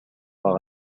par